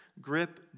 grip